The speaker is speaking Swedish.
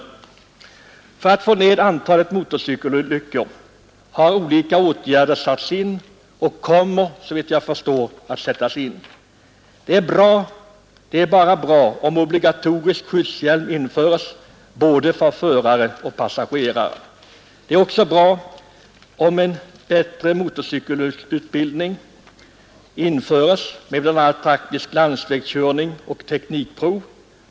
För att man skall få ned antalet motorcykelolyckor har olika åtgärder satts in, och ytterligare åtgärder kommer såvitt jag förstår att sättas in. Det är bara bra om obligatorisk skyddshjälm föreskrivs för både förare och passagerare. Det är också bra om en bättre motorcykelutbildning införes med bl.a. praktisk landsvägskörning och teknikprov.